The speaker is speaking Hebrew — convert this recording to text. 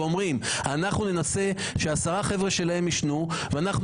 ואומרים: אנחנו ננסה שעשרה חבר'ה שלהם ישנו ואנחנו